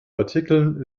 artikeln